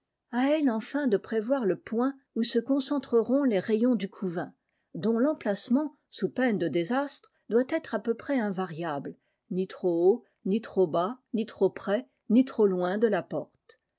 elle enfin de prévoir le point où se concentreront les rayons du couvain dont l'emplacement sous peine de désastre doit être à peu près invariable ni trop haut ni trop bas ni trop près ni trop loin de la porte